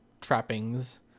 trappings